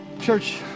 Church